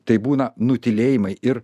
tai būna nutylėjimai ir